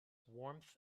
warmth